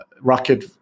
rocket